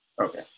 Okay